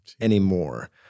anymore